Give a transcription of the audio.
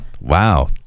Wow